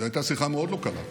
זו הייתה שיחה מאוד לא קלה.